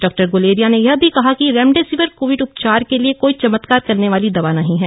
doctor Guleria ने यह भी कहा कि रेमेडिसविर कोविड उपचार के लिए कोई चमत्कार करने वाली दवा नहीं है